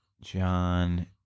John